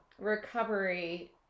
recovery